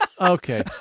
okay